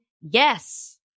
Yes